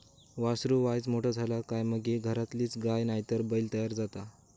वासरू वायच मोठा झाला काय मगे घरातलीच गाय नायतर बैल तयार जाता